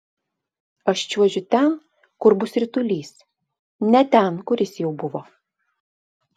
aš čiuožiu ten kur bus ritulys ne ten kur jis jau buvo